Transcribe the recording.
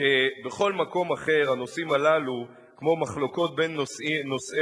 שבכל מקום אחר הנושאים הללו כמו מחלוקות בין נוסעי